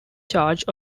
charge